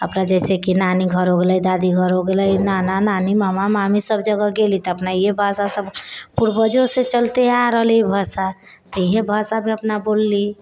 अपना जैसे कि नानी घर हो गेलै दादी घर हो गेलै नाना नानी मामा मामी सब जगह गेली तब अपना इहे भाषा सब पूर्वजेसँ चलते आबि रहलै यऽ ई भाषा तऽ इहे भाषामे अपना बोलली